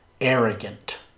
arrogant